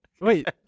Wait